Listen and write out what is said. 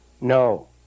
No